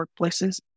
workplaces